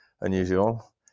unusual